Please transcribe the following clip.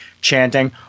chanting